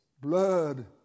Blood